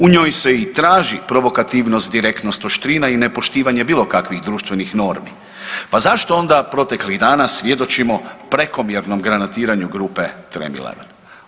U njoj se i traži provokativnost, direktnost, oštrina i nepoštivanje bilo kakvih društvenih normi, pa zašto onda proteklih dana svjedočimo prekomjernom granatiranju Tram eleven.